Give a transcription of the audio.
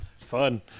Fun